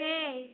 Hey